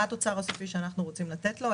מה התוצר הסופי שאנחנו רוצים לתת לו,